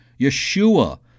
Yeshua